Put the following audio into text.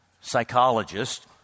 psychologist